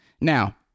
Now